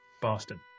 Boston